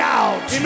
out